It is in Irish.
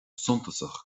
suntasach